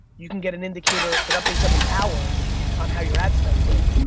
you can get an indicator, it updates every hour on how your ad spend's doing.